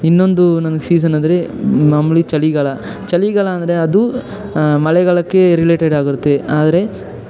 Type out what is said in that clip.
ಇನ್ನೊಂದು ನನ್ಗೆ ಸೀಸನ್ ಅಂದರೆ ಮಾಮೂಲಿ ಚಲಿಗಾಲ ಚಲಿಗಾಲ ಅಂದರೆ ಅದು ಮಳೆಗಾಲಕ್ಕೆ ರಿಲೇಟೆಡ್ ಆಗುತ್ತೆ ಆದರೆ